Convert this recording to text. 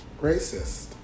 racist